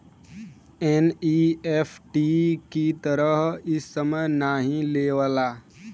NEFT की तरह इ समय नाहीं लेवला